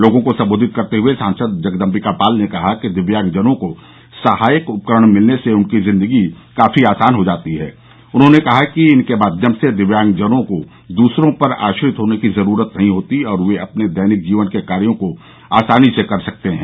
लोगों को सम्बोधित करते हए सांसद जगदम्बिकापाल ने कहा कि दिव्यागंजनों को सहायक उपकरण मिलने से उनकी जिन्दगी काफी आसान हो जाती हैं उन्होंने कहा कि इनके माध्यम से दिव्यांगजनों को दूसरों पर आश्रित होने की जरूरत नहीं होती और वे अपने दैनिक जीवन के कार्यो को आसानी से कर सकते है